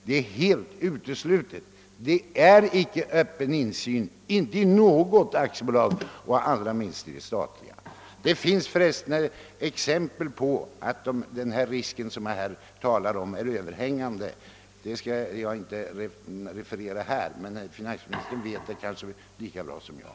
Det är helt uteslutet. Det finns icke öppen insyn i något aktiebolag, allra minst i ett statligt. Det finns förresten exempel på att den risk jag talat om är överhängande. Den saken skall jag inte ta upp nu, men herr finansministern känner kanske till det lika bra som jag.